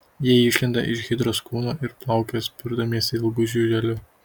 jie išlenda iš hidros kūno ir plaukioja spirdamiesi ilgu žiuželiu